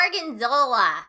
Gorgonzola